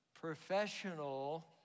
professional